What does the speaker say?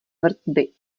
vrtby